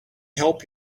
help